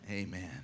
amen